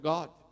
God